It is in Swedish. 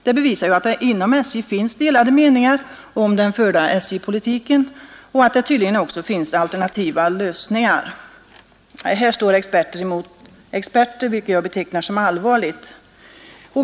Det bevisar ju att det inom SJ finns delade meningar om den förda SJ-politiken och att det tydligen finns alternativa lösningar. Här står experter mot experter, vilket jag betecknar som allvarligt.